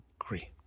agree